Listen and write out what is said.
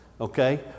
Okay